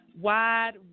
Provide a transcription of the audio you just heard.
wide